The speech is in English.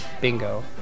bingo